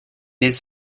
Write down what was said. his